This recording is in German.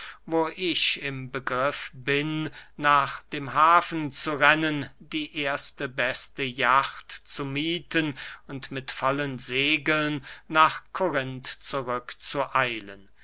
wo ich im begriff bin nach dem hafen zu rennen die erste beste jacht zu miethen und mit vollen segeln nach korinth zurück zu eilen